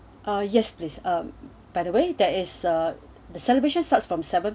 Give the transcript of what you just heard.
uh yes please ah by the way that is the celebration starts from seven